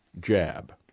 jab